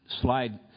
slide